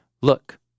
look